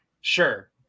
Sure